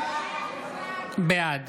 בעד